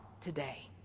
today